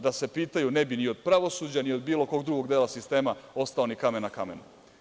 Da se pitaju ne bi ni od pravosuđa ni od bilo kog drugog dela sistema ostao ni kamen na kamenu.